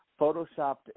Photoshopped